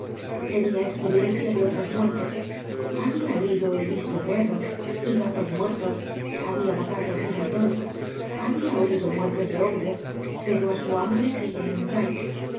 tenía experiencia de otras muertes había olido y visto perros y gatos muertos había matado algún ratón había olido muertes de hombres pero a su amo le creía inmortal